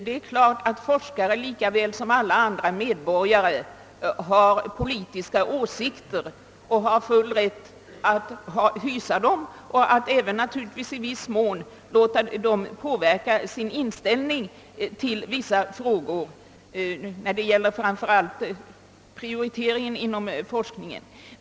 Det är klart att forskare lika väl som alla andra medborgare har politiska åsikter och har full rätt att visa dem och naturligtvis också att i viss mån låta dem påverka sin inställning till vissa frågor, framför allt vad beträffar prioriteringen i fråga om forskningen.